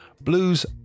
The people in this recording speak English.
blues